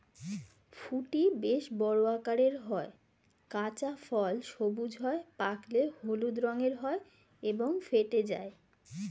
ফুটি বেশ বড় আকারের হয়, কাঁচা ফল সবুজ হয়, পাকলে হলুদ রঙের হয় এবং ফেটে যায়